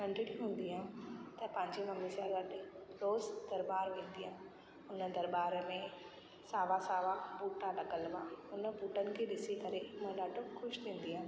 नंढड़ी हूंदी हुअमि त पंहिंजे मम्मी सां गॾु रोज़ु दरॿार वेंदी हुअमि उन दरॿार में सावा सावा ॿूटा लॻल हुआ उन ॿूटनि खे ॾिसी करे मां ॾाढो ख़ुशि थी वेंदी हुअमि